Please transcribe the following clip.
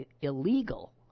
Illegal